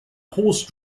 horse